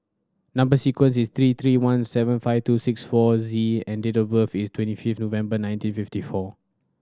number sequence is three T one seven five two six four Z and date of birth is twenty fifth February nineteen fifty four